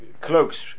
cloaks